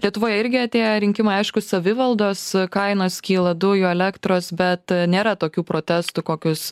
lietuvoje irgi atėję rinkimai aišku savivaldos kainos kyla dujų elektros bet nėra tokių protestų kokius